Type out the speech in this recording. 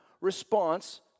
response